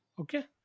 Okay